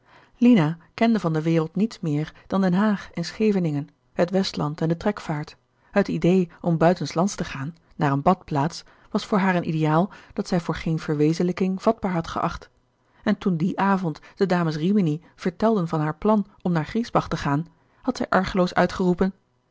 lina kende van de wereld niets meer dan den haag en scheveningen het westland en de trekvaart het idée om buiten s lands te gaan naar eene badplaats was voor haar een ideaal dat zij voor geen verwezenlijking vatbaar had geacht en toen dien avond de dames rimini vertelden van haar plan om gerard keller het testament van mevrouw de tonnette naar griesbach te gaan had zij argeloos uitgeroepen